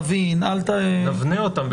נבין --- נבנה אותן.